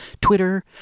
Twitter